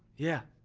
yeah.